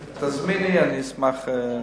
תזמיני, אני אשמח,